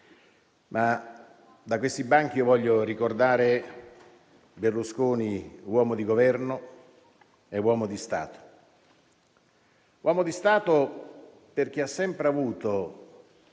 Da questi banchi però io voglio ricordare Berlusconi uomo di Governo e uomo di Stato. Uomo di Stato perché ha sempre avuto